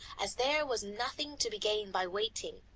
as there was nothing to be gained by waiting,